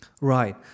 Right